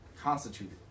constituted